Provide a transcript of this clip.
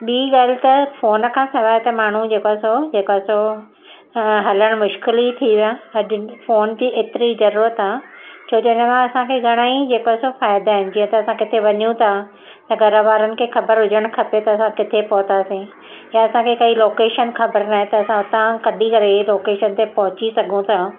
ॿीं ॻाल्हि त फ़ोन खां सवाइ त माण्हू जेको आहे सो जेका आहे सो हलणु मुश्किल ई थी वियो आहे अॼु फ़ोन जी एतिरी ज़रूरत आहे छो जो हिन मां असांखे घणेई जेको सो फ़ाइदा आहिनि जीअं त असां किथे वञू था त घर वारनि खे ख़बर हुजणु खपे त असां किथे पहुतासीं या असांखे कोई लोकेशन ख़बर नाहे त असां हुतां कढी करे लोकेशन ते पहुची सघूं था